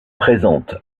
présente